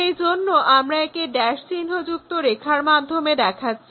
সেই জন্য আমরা একে ড্যাশ চিহ্ন যুক্ত রেখার মাধ্যমে দেখাচ্ছি